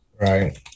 Right